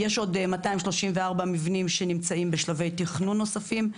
יש עוד 234 מבנים שנמצאים בשלבי תכנון נוספים,